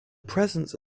presence